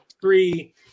Three